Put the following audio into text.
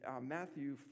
Matthew